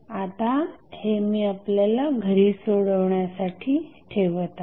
आता हे मी आपल्याला घरी सोडवण्यासाठी ठेवत आहे